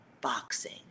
boxing